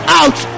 out